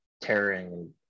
tearing